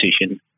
decision